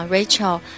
Rachel